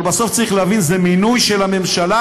אבל בסוף צריך להבין שזה מינוי של הממשלה,